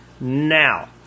now